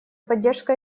поддержка